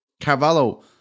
Carvalho